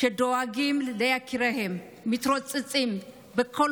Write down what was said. שדואגות ליקיריהן, מתרוצצות בכל